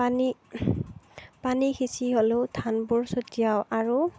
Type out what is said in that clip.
পানী পানী সিঁচি হ'লেও ধানবোৰ ছটিয়াও আৰু